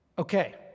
Okay